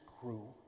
grew